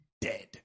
dead